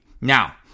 Now